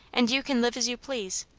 and you can live as you please.